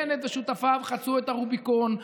בנט ושותפיו חצו את הרוביקון.